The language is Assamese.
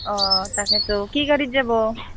অঁ তাকেটো কি গাড়ীত যাব